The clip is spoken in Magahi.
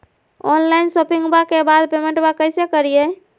ऑनलाइन शोपिंग्बा के बाद पेमेंटबा कैसे करीय?